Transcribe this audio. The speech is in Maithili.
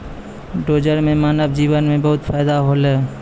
डोजर सें मानव जीवन म बहुत फायदा होलो छै